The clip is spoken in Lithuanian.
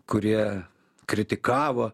kurie kritikavo